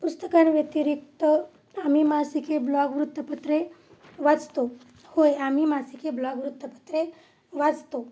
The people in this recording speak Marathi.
पुस्तकांव्यतिरिक्त आम्ही मासिके ब्लॉग वृत्तपत्रे वाचतो होय आम्ही मासिके ब्लॉग वृत्तपत्रे वाचतो